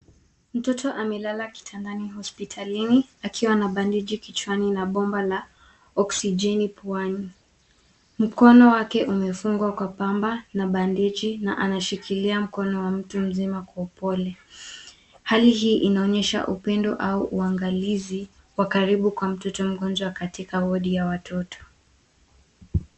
Mtoto amelala kitandani hospitalini akiwa na bandeji kichwani na bomba la oxigeni puani mkono wake umefungwa kwa pamba na bandeji na anashikilia mkono wa mtu mzima kwa upole hali hii inaonyesha upendo au uangalizi wa karibu kwa mtoto mgonjwa katika wardi ya watoto.